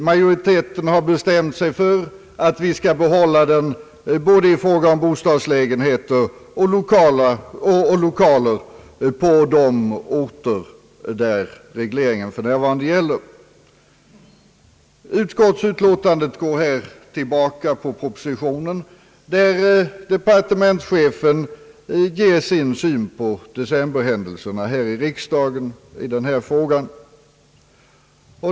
Majoriteten har bestämt sig för att vi skall behålla den i fråga om både bostadslägenheter och lokaler på de orter där regleringen för närvarande gäller. Utskottsutlåtandet går här tillbaka på propositionen där departementschefen ger sin syn på decemberhändelserna här i riksdagen i denna fråga.